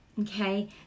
Okay